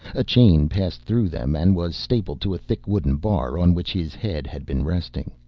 a chain passed through them and was stapled to a thick wooden bar on which his head had been resting.